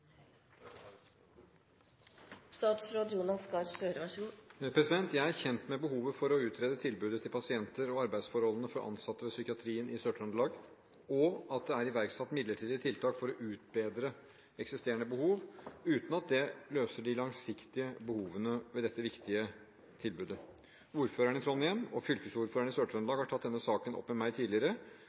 Jeg er kjent med behovet for å utbedre tilbudet til pasienter og arbeidsforholdene for ansatte ved psykiatrien i Sør-Trøndelag, og at det er iverksatt midlertidige tiltak for å utbedre eksisterende behov, uten at det løser de langsiktige behovene ved dette viktige tilbudet. Ordføreren i Trondheim og fylkesordføreren i Sør-Trøndelag har tatt denne saken opp med meg tidligere,